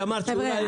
מילה.